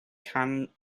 can